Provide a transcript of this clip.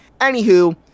Anywho